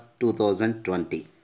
2020